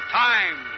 time